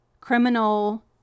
criminal